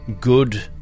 good